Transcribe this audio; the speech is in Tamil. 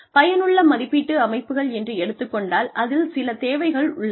பயனுள்ள மதிப்பீட்டு அமைப்புகள் என்று எடுத்துக் கொண்டால் அதில் சில தேவைகள் உள்ளன